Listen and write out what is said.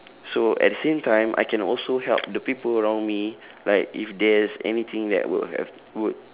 so at the same time I can also help the people around me like if there is anything that would have good